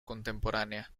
contemporánea